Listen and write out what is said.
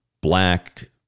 black